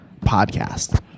podcast